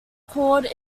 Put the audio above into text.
called